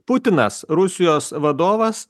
putinas rusijos vadovas